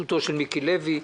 בראשות מיקי לוי.